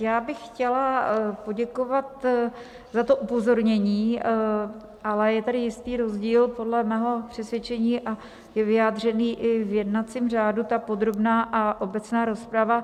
Já bych chtěla poděkovat za upozornění, ale je tady jistý rozdíl podle mého přesvědčení a je vyjádřen i v jednacím řádu ta podrobná a obecná rozprava.